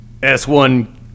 S1